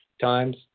times